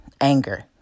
anger